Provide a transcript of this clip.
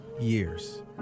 years